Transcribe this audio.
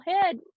head